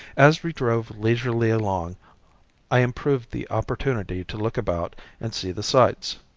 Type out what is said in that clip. as we drove leisurely along i improved the opportunity to look about and see the sights.